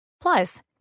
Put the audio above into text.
Plus